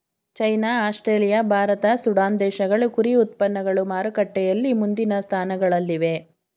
China Australia Bharat Sudan ದೇಶಗಳು ಕುರಿ ಉತ್ಪನ್ನಗಳು ಮಾರುಕಟ್ಟೆಯಲ್ಲಿ ಮುಂದಿನ ಸ್ಥಾನಗಳಲ್ಲಿವೆ